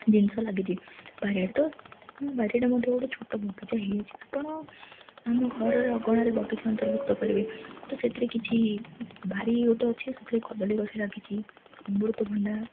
ଜିନିଷ ଲାଗିଛି ବାରି ଆଡ଼େ ତ ଆମ ବାରି ଆଡ଼େ ମଧ୍ୟ ଗୋଟେ ଛୋଟ ବଗିଚା ହେଇଯାଇଛି ଆପଣ ଆମ ଘରର ଅଗଣାରେ ବଗିଚା ଅନ୍ତର୍ଭୁକ୍ତ କରିବେ ତ ସେଥିରେ କିଛି ବାରି ଗୋଟେ ଅଛି ସେଥିରେ କଦଳୀ ଗଛ ଲାଗିଛି ଅମୃତଭଣ୍ଡା